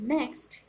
Next